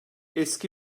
eski